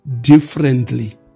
differently